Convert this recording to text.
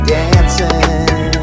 dancing